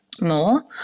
more